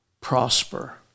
prosper